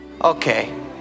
okay